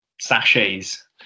sachets